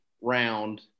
round